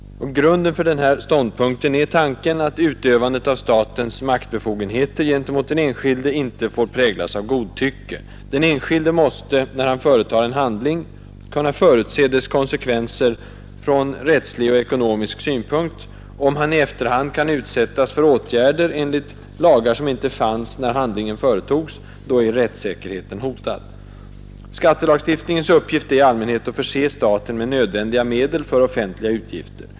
Grunden för denna ståndpunkt är tanken att utövandet av statens maktbefogenheter gentemot den enskilde inte får präglas av godtycke. Den enskilde måste, när han företar en handling, kunna förutse dess konsekvenser från rättslig och ekonomisk synpunkt. Om han i efterhand kan utsättas för åtgärder enligt lagar, som inte fanns då 83 handlingen företogs, är rättssäkerheten hotad. Skattelagstiftningens uppgift är i allmänhet att förse staten med nödvändiga medel för offentliga utgifter.